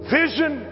vision